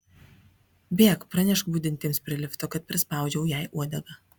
bėk pranešk budintiems prie lifto kad prispaudžiau jai uodegą